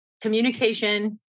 communication